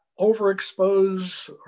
overexpose